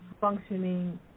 functioning